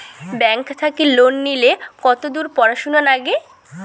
Bank থাকি loan নিলে কতদূর পড়াশুনা নাগে?